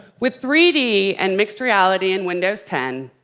with three d and mixed reality and windows ten,